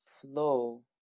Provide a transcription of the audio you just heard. flow